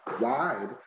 wide